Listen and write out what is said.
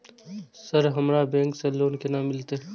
Sir हमरा bank से loan केना मिलते?